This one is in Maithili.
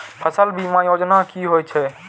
फसल बीमा योजना कि होए छै?